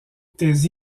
tes